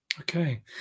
Okay